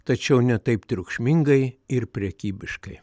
tačiau ne taip triukšmingai ir prekybiškai